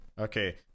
Okay